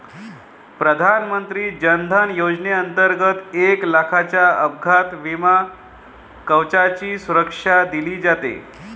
प्रधानमंत्री जन धन योजनेंतर्गत एक लाखाच्या अपघात विमा कवचाची सुविधा दिली जाते